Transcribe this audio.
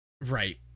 Right